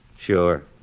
Sure